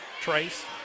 Trace